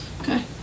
Okay